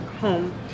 home